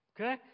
Okay